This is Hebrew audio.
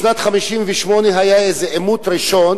בשנת 1958 היה איזה עימות ראשון